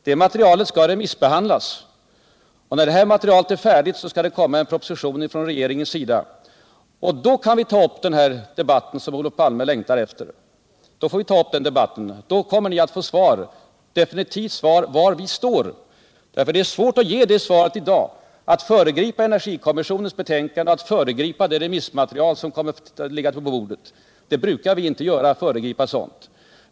Det materialet skall remissbehandlas, och när det är färdigt skall en proposition komma från regeringen. Då kan vi ta upp den debatt Olof Palme längtar efter. Då kommer ni att få definitivt besked om var vi står. Att föregripa energikommissionens betänkande och det remissmaterial som kommer att läggas på bordet står i strid med gängse utredningsoch beslutspraxis.